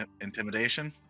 intimidation